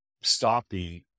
stopping